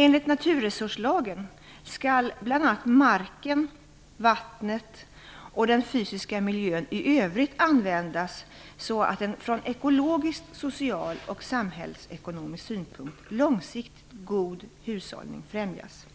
Enligt naturresurslagen skall bl.a. "marken, vattnet och den fysiska miljön i övrigt användas så att en från ekologisk, social och samhällsekonomisk synpunkt långsiktig god hushållning främjas".